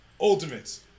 Ultimates